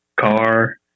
car